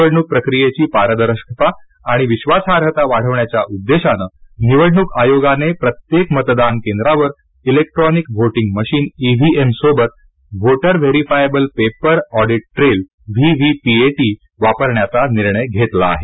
निवडणूक प्रक्रियेची पारदर्शकता आणि विश्वासार्हता वाढविण्याच्या उद्देशानं निवडणूक आयोगाने प्रत्येक मतदान केंद्रावर इलेक्ट्रॉनिक व्होटिंग मशीन ईव्हीएम सोबत voter verifiable paper audit trail VVPAT वापरण्याचा निर्णय घेतला आहे